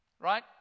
right